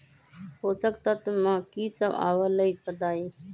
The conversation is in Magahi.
पोषक तत्व म की सब आबलई बताई?